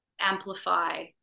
amplify